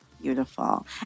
Beautiful